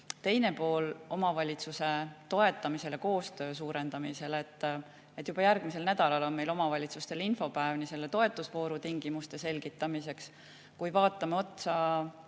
Teine pool omavalitsuste toetamise ja koostöö suurendamise [töös on selline], et juba järgmisel nädalal on meil omavalitsustele infopäev selle toetusvooru tingimuste selgitamiseks. Ka vaatame otsa